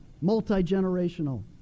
multi-generational